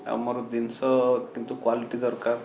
ଆଉ ମୋର ଜିନିଷ କିନ୍ତୁ କ୍ୱାଲିଟି ଦରକାର